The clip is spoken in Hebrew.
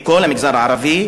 לכל המגזר הערבי,